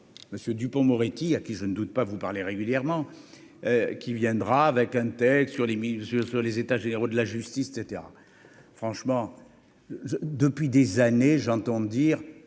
Monsieur Dupond-Moretti à qui je ne doute pas vous parler régulièrement, qui viendra avec un texte sur les mises sur les états généraux de la justice, et cetera franchement depuis des années, j'entends dire,